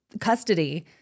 custody